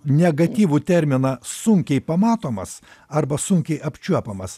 negatyvų terminą sunkiai pamatomas arba sunkiai apčiuopiamas